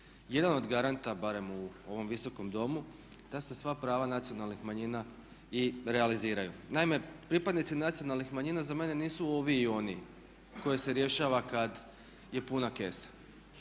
jedan od garanta, barem u ovom visokom domu da se sva prava nacionalnih manjina i realiziraju. Naime, pripadnici nacionalnih manjina za mene nisu ovi i oni koje se rješava kad je puna kesa.